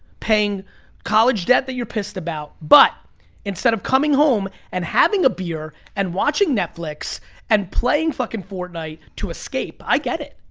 paying college debt that you're pissed about, but instead of coming home and having a beer and watching netflix and playing fucking fortnite to escape, i get it.